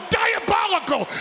diabolical